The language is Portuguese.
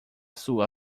sua